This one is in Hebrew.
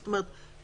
זאת אומרת,